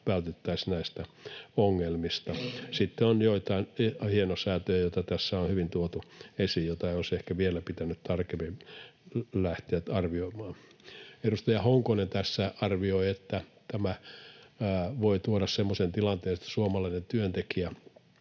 vältyttäisiin näiltä ongelmilta. Sitten on joitain hienosäätöjä, joita tässä on hyvin tuotu esiin, joita olisi ehkä vielä pitänyt tarkemmin lähteä arvioimaan. Edustaja Honkonen tässä arvioi, että tämä voi tuoda semmoisen tilanteen, että suomalainen työntekijä